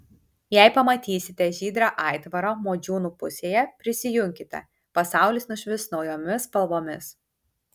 jei pamatysite žydrą aitvarą modžiūnų pusėje prisijunkite pasaulis nušvis naujomis spalvomis